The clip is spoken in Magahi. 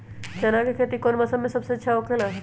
चाना के खेती कौन मौसम में सबसे अच्छा होखेला?